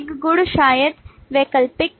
एक गुण शायद वैकल्पिक